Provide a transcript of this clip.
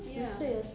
ya